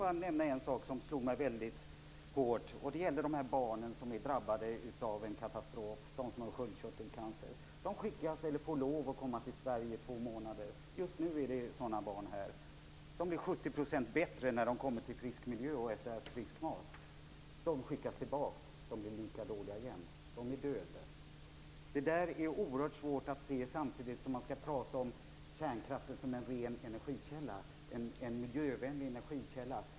En sak som tagit hårt på mig är de barn som drabbats av en katastrof och som fått sköldkörtelcancer. Under två månader får sådana barn vara i Sverige. Just nu finns de här. De blir 70 % bättre när de kommer till en frisk miljö och får äta frisk mat. Sedan skickas de tillbaka och blir lika dåliga igen. De är faktiskt döende. Det är oerhört svårt att se detta, samtidigt som man skall tala om kärnkraften som en ren, miljövänlig och ekonomiskt hållbar energikälla.